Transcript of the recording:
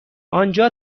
آنجا